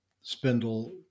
spindle